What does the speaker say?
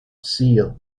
seal